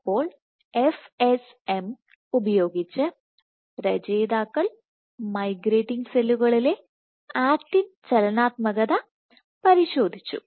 അപ്പോൾ FSM ഉപയോഗിച്ച് രചയിതാക്കൾ മൈഗ്രേറ്റിങ് സെല്ലുകളിൽ ആക്റ്റിൻ ചലനാത്മകത പരിശോധിച്ചു